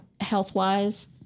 health-wise